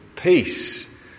Peace